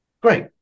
great